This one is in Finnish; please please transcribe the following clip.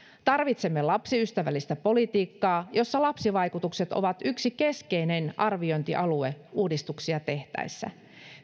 tarvitsemme lapsiystävällistä politiikkaa jossa lapsivaikutukset ovat yksi keskeinen arviointialue uudistuksia tehtäessä